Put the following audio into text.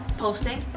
posting